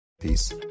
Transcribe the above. Peace